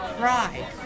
pride